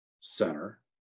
center